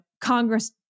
Congress